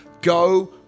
go